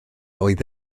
oedd